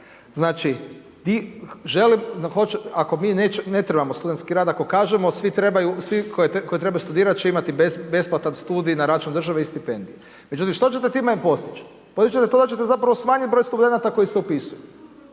Znači ako mi ne trebamo studentski rad, ako kažemo svi trebaju, svi koji trebaju studirati će imati besplatan studij na račun države i stipendije. Međutim što ćete time postići? Postići ćete to da ćete zapravo smanjiti broj studenata koji se upisuju.